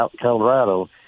Colorado